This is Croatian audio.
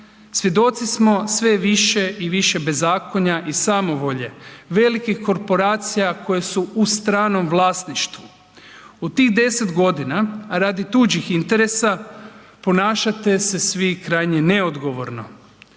svjedoci smo sve više i više bezakonja i samovolje velikih korporacija koje su u stranom vlasništvu. U tih 10.g., a radi tuđih interesa ponašate se svi krajnje neodgovorno.